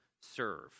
serve